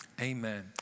Amen